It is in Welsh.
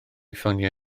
ffonio